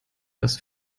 das